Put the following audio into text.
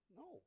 no